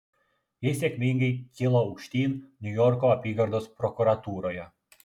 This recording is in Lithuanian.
ji sėkmingai kilo aukštyn niujorko apygardos prokuratūroje